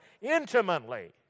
intimately